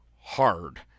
hard